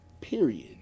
period